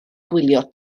gwylio